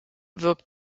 wirkt